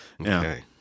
Okay